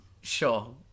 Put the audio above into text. Sure